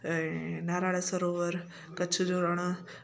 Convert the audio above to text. ऐं नारायण सरोवर कच्छ जो रण